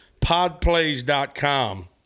Podplays.com